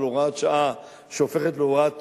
אבל הוראת שעה שהופכת להוראה תמידית,